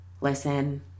listen